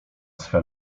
swe